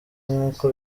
nk’uko